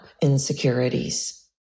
insecurities